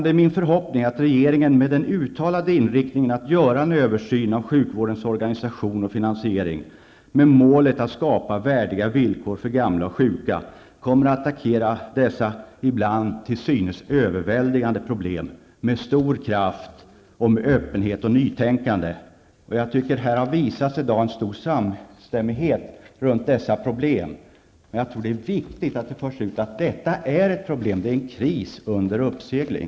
Det är min förhoppning att regeringen, med den uttalade inriktningen att göra en översyn av sjukvårdens organisation och finanisering med målet att skapa värdiga villkor för gamla och sjuka, kommer att attackera dessa ibland till synes överväldigande problem med stor kraft och med öppenhet och nytänkande. Jag tycker att det här i dag har visat sig en samstämmighet om dessa problem. Det är viktigt att det förs ut att detta är ett problem. Det är en kris under uppsegling.